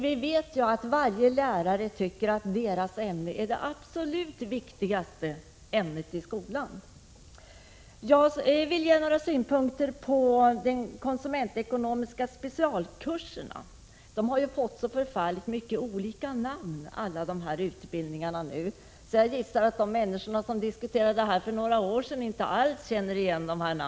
Vi vet ju att varje lärare anser att hans eller hennes ämne är det absolut viktigaste ämnet i skolan. Jag vill ge några synpunkter på de konsumentekonomiska specialkurserna. De har ju fått så väldigt många olika namn, att jag gissar att de som diskuterade den här frågan för några år sedan inte alls känner igen namnen.